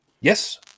Yes